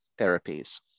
therapies